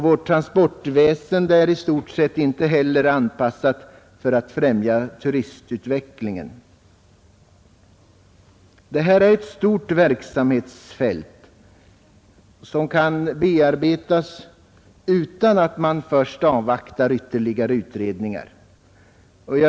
Vårt transportväsende är i stort sett inte heller anpassat för att främja Det här är ett stort verksamhetsfält, som kan bearbetas utan att man först avvaktar ytterligare utredningar.